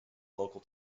local